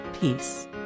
peace